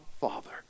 Father